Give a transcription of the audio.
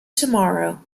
tomorrow